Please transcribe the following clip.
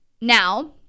now